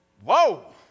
Whoa